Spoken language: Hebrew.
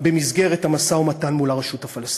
במסגרת המשא-ומתן מול הרשות הפלסטינית?